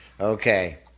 Okay